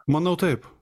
manau taip